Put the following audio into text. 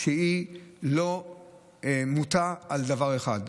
שהיא לא מוטה לדבר אחד.